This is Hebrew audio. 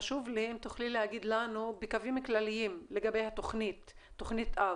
חשוב לי אם תוכלי להגיד לנו בקווים כלליים לגבי תוכנית האב,